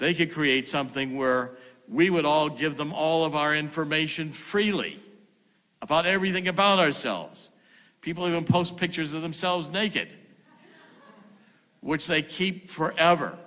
could create something where we would all give them all of our information freely about everything about ourselves people who post pictures of themselves naked which they keep forever